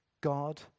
God